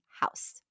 house